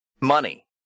money